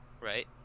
Right